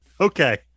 Okay